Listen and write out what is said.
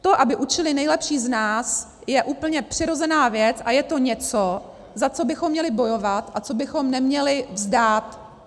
To, aby učili nejlepší z nás, je úplně přirozená věc a je to něco, za co bychom měli bojovat a co bychom neměli vzdát.